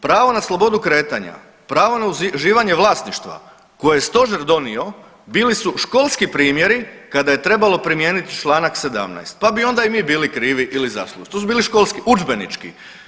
Pravo na slobodu kretanja, pravo na uživanje vlasništva koje je stožer donio bili su školski primjeri kada je trebalo primijeniti čl. 17. pa bi onda i mi bili krivi ili zaslužni, to su bili školski, udžbenički.